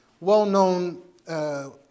well-known